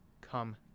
come